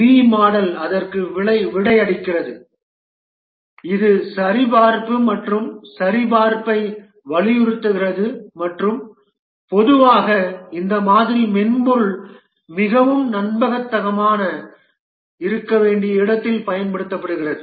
we model அதற்கு விடை அளிக்கிறது இது சரிபார்ப்பு மற்றும் சரிபார்ப்பை வலியுறுத்துகிறது மற்றும் பொதுவாக இந்த மாதிரி மென்பொருள் மிகவும் நம்பகமானதாக இருக்க வேண்டிய இடத்தில் பயன்படுத்தப்படுகிறது